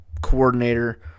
coordinator